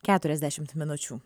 keturiasdešimt minučių